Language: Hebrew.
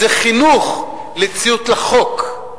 זה חינוך לציות לחוק,